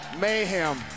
mayhem